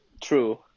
True